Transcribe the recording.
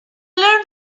learn